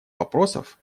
вопросов